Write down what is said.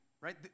Right